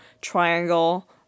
triangle